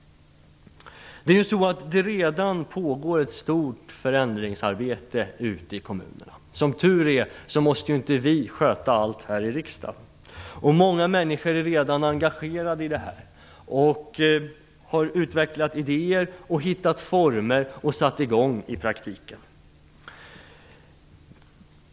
Det pågår redan ett stort förändringsarbete ute i kommunerna. Som tur är måste vi inte sköta allt här i riksdagen. Många människor är redan engagerade i detta arbete. De har utvecklat idéer, hittat former och satt i gång i praktiken.